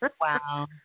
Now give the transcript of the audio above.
Wow